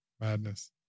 madness